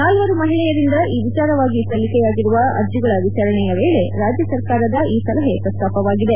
ನಾಲ್ವರು ಮಹಿಳೆಯರಿಂದ ಈ ವಿಚಾರವಾಗಿ ಸಲ್ಲಿಕೆಯಾಗಿರುವ ಅರ್ಜೆಗಳ ವಿಚಾರಣೆಯ ವೇಳೆ ರಾಜ್ಯ ಸರ್ಕಾರದ ಈ ಸಲಹೆ ಪ್ರಸ್ತಾಪವಾಗಿದೆ